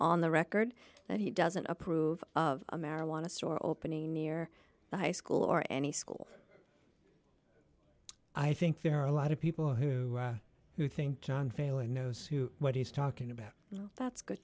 on the record that he doesn't approve a marijuana store opening near the high school or any school i think there are a lot of people who who think john failing knows who what he's talking about that's good